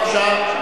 בבקשה.